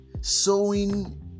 sowing